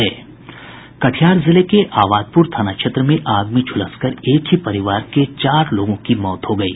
कटिहार जिले के आबादप्र थाना क्षेत्र में आग में झुलसकर एक ही परिवार के चार लोगों की मौत हो गयी